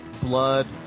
blood